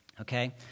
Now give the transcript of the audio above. Okay